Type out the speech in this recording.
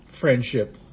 friendship